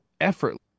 effortless